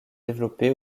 développer